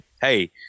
Hey